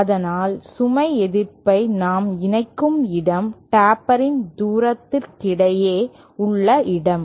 அதனால்சுமை எதிர்ப்பை நாம் இணைக்கும் இடம் டேப்பரின் தூரதிக்கிடையே உள்ள இடம்